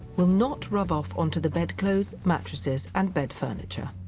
will not rub off on to the bed clothes, mattresses and bed furniture.